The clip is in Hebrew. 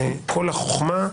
שכל החוכמה,